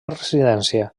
residència